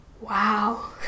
wow